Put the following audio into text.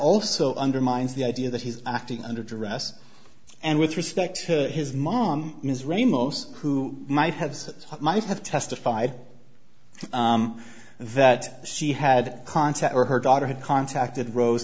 also undermines the idea that he's acting under duress and with respect to his mom ms ramos who might have said might have testified that she had contact or her daughter had contacted ro